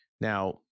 Now